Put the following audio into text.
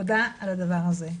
תודה על הדבר הזה.